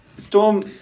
Storm